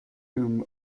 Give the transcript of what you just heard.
whom